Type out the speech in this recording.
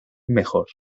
mejor